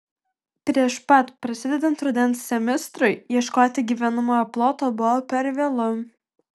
prieš pat prasidedant rudens semestrui ieškoti gyvenamojo ploto buvo per vėlu